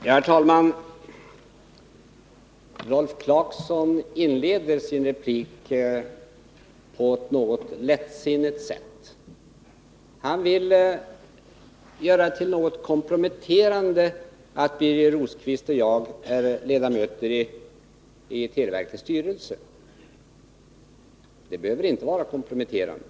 Herr talman! Rolf Clarkson inledde sin replik på ett något lättvindigt sätt. Han ville göra det till någonting komprometterande att Birger Rosqvist och jag är ledamöter i televerkets styrelse. Men det behöver inte vara komprometterande.